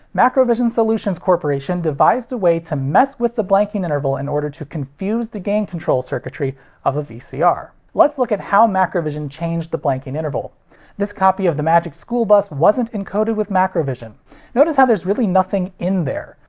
macrovision solutions corporation devised a way to mess with the blanking interval in order to confuse the gain control circuitry of a vcr. let's look at how macrovision changed the blanking interval this copy of the magic school bus wasn't encoded with macrovision. notice how there's really nothing in there.